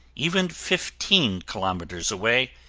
even fifteen kilometers away,